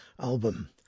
album